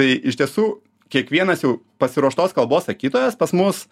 iš tiesų kiekvienas jau pasiruoštos kalbos sakytojas pas mus